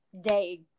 day